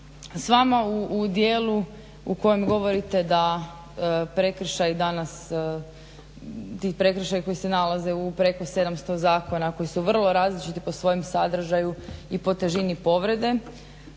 s vama u dijelu u kojem govorite da prekršaj danas, ti prekršaji koji nalaze u preko 700 zakona koji su vrlo različiti po svojem sadržaju i po težini povrede.